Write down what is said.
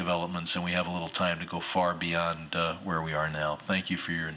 developments and we have a little time to go far beyond where we are now thank you for your